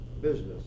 business